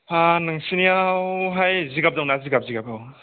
हा नोंसिनियावहाय जिगाब दंना जिगाब जिगाब औ